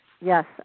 yes